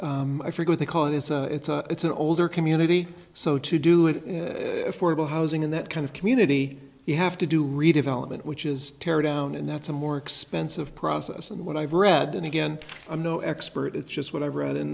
figure they call it is a it's a it's an older community so to do it for about housing in that kind of community you have to do redevelopment which is tear down and that's a more expensive process and what i've read and again i'm no expert it's just what i've read in